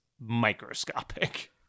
microscopic